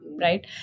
Right